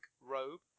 robe